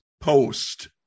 post